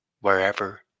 wherever